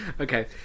okay